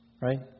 right